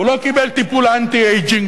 הוא לא קיבל טיפול אנטי-אייג'ינג,